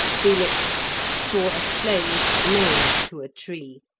felix saw a slave nailed to a tree,